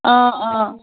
অঁ অঁ